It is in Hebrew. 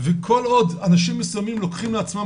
וכל עוד אנשים מסוימים לוקחים לעצמם